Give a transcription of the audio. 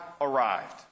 arrived